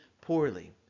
poorly